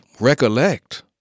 recollect